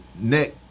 neck